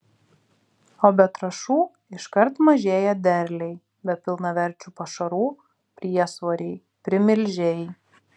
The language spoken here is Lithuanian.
o be trąšų iškart mažėja derliai be pilnaverčių pašarų priesvoriai primilžiai